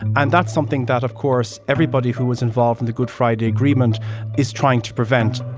and that's something that, of course, everybody who was involved in the good friday agreement is trying to prevent